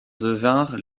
devinrent